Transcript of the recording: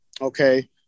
Okay